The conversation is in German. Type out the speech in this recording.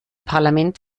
parlament